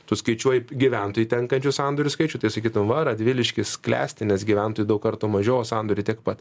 tu skaičiuoji gyventojui tenkančių sandorių skaičių tai sakydavom va radviliškis klesti nes gyventojų daug kartų mažiau o sandorių tiek pat